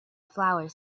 flower